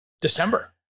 December